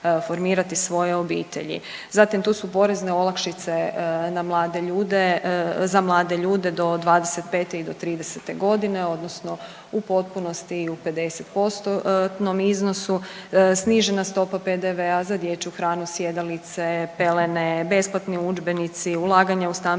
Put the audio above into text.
formirati svoje obitelji. Zatim tu su porezne olakšice na mlade ljude, za mlade ljude do 25 i do 30 godine odnosno u potpunosti i u 50%-nom iznosu, snižena stopa PDV-a za dječju hranu, sjedalice, pelene, besplatni udžbenici, ulaganja u stambeno